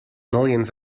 millions